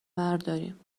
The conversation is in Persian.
برداریم